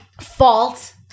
Fault